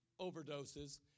overdoses